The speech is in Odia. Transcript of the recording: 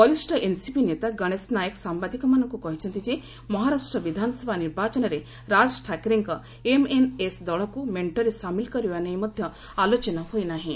ବରିଷ୍ଣ ଏନସିପି ନେତା ଗଣେଶ ନାୟକ ସାମ୍ଭାଦିକମାନଙ୍କୁ କହିଛନ୍ତି ଯେ ମହାରାଷ୍ଟ୍ର ବିଧାନସଭା ନିର୍ବାଚନରେ ରାଜ୍ ଠାକ୍ରେଙ୍କ ଏମଏନଏସ୍ ଦଳକୁ ମେଣ୍ଟରେ ସାମିଲ କରିବା ନେଇ ମଧ୍ୟ ଆଲୋଚନା ହୋଇନାହିଁ